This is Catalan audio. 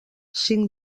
cinc